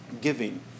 giving